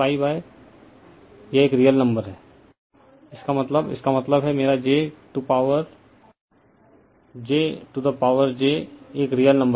refer slide time 3656 इसका मतलब इसका मतलब है मेरा j की पावर j की पावर जे एक रियल नंबर है जो e टू पावर π2 है